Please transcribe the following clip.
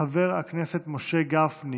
חבר הכנסת משה גפני